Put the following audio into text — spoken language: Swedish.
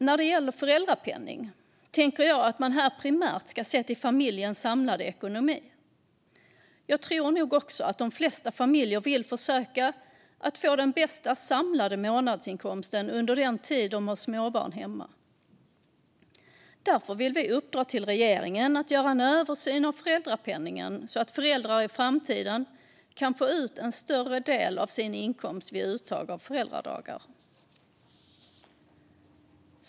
När det gäller föräldrapenning tänker jag att man primärt ska se till familjens samlade ekonomi. Jag tror nog också att de flesta familjer vill försöka få den bästa samlade månadsinkomsten under den tid de har småbarn hemma. Därför vill vi uppdra till regeringen att göra en översyn av föräldrapenningen så att föräldrar i framtiden kan få ut en större del av sin inkomst vid uttag av föräldradagar.